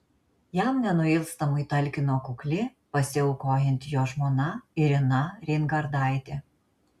jam nenuilstamai talkino kukli pasiaukojanti jo žmona irina reingardaitė